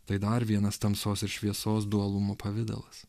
tai dar vienas tamsos ir šviesos dualumo pavidalas